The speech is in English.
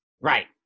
Right